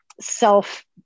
self